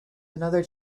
another